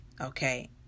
okay